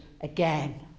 again